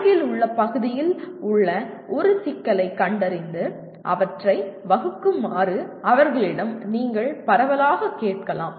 அருகிலுள்ள பகுதியில் உள்ள ஒரு சிக்கலைக் கண்டறிந்து அவற்றை வகுக்குமாறு அவர்களிடம் நீங்கள் பரவலாகக் கேட்கலாம்